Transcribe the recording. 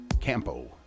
Campo